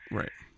right